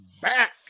back